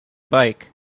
bike